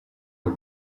her